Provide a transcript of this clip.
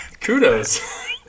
Kudos